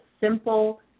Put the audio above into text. simple